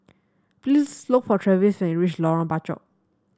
please look for Travis when you reach Lorong Bachok